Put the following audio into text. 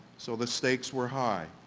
so the stakes were high,